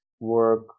work